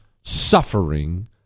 suffering